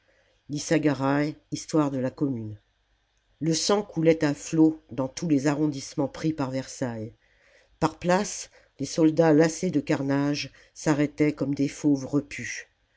histoire de la commune le sang coulait à flots dans tous les arrondissements pris par versailles par places les soldats lassés de carnage s'arrêtaient comme des fauves repus